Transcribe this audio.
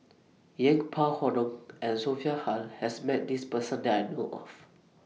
Yeng Pway Ngon and Sophia Hull has Met This Person that I know of